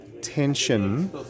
tension